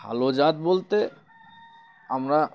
ভালো জাত বলতে আমরা